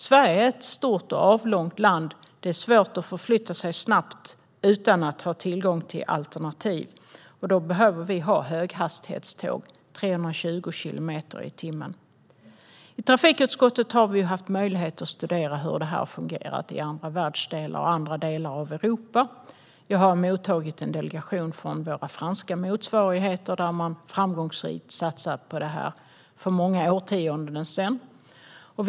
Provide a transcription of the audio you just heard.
Sverige är ett stort och avlångt land, och det är svårt att förflytta sig snabbt utan att ha tillgång till alternativ. Därför behöver vi ha höghastighetståg som går 320 kilometer i timmen. I trafikutskottet har vi haft möjlighet att studera hur detta fungerar i andra världsdelar och i andra delar av Europa. Jag har mottagit en delegation från våra franska motsvarigheter, där man framgångsrikt har satsat på det här för många årtionden sedan.